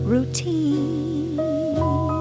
Routine